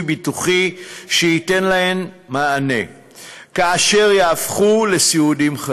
ביטוחי שייתן להם מענה כאשר יהפכו לסיעודיים,